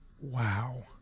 wow